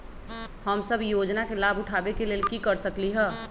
हम सब ई योजना के लाभ उठावे के लेल की कर सकलि ह?